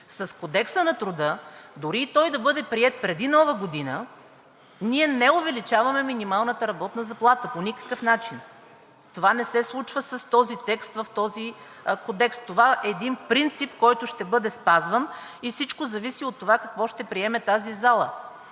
С Кодекса на труда, дори и той да бъде приет преди Новата година, ние не увеличаваме минималната работна заплата по никакъв начин. Това не се случва с този текст, в този кодекс. Това е един принцип, който ще бъде спазван, и всичко зависи от това какво ще приеме тази зала.